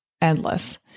endless